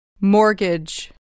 Mortgage